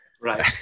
Right